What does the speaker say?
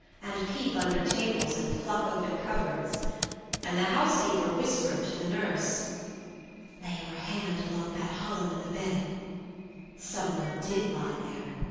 and peep under tables and pluck open cupboards and the housekeeper whispered to the nurse lay your hand along that hollow in the bed someone did lie there,